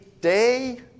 day